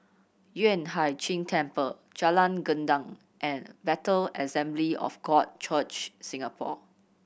Yueh Hai Ching Temple Jalan Gendang and Bethel Assembly of God Church Singapore